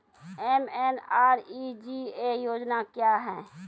MNREGA योजना क्या हैं?